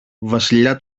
βασιλιά